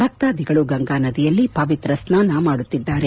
ಭಕ್ತಾದಿಗಳು ಗಂಗಾ ನದಿಯಲ್ಲಿ ಪವಿತ್ರ ಸ್ನಾನ ಮಾಡುತ್ತಿದ್ದಾರೆ